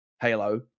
Halo